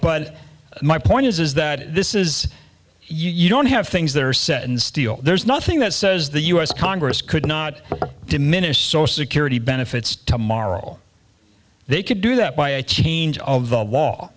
but my point is is that this is you don't have things that are set in steel there's nothing that says the u s congress could not diminish so security benefits tomorrow they could do that by a change of the law